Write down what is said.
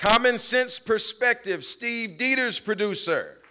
common sense perspective steve peters producer